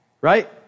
right